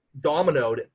dominoed